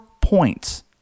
points